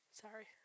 Sorry